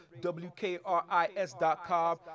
WKRIS.com